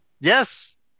Yes